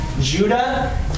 Judah